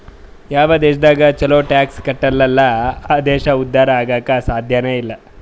ಯಾವ್ ದೇಶದಾಗ್ ಛಲೋ ಟ್ಯಾಕ್ಸ್ ಕಟ್ಟಲ್ ಅಲ್ಲಾ ಆ ದೇಶ ಉದ್ಧಾರ ಆಗಾಕ್ ಸಾಧ್ಯನೇ ಇಲ್ಲ